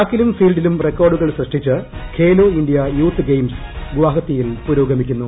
ട്രാക്കിലും ഫീൽഡിലും റെക്കോർഡുകൾ സൃഷ്ടിച്ച് ഖേലോ ഇന്ത്യ യൂത്ത് ഗെയിംസ് ഗുവാഹത്തിയിൽ പുരോഗമിക്കുന്നു